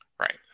Right